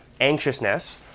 anxiousness